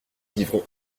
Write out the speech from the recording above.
vivront